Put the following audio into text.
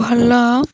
ଭଲ